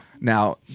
Now